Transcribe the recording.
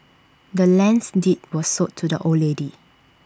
the land's deed was sold to the old lady